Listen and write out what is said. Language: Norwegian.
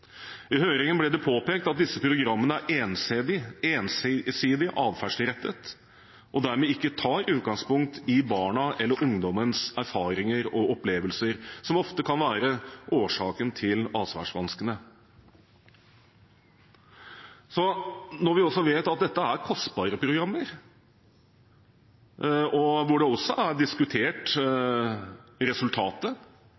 I høringen ble det påpekt at disse programmene er ensidig atferdsrettet og dermed ikke tar utgangspunkt i barna eller ungdommens erfaringer og opplevelser, som ofte kan være årsaken til atferdsvanskene. Når vi også vet at dette er kostbare programmer, og hvor resultatet er diskutert,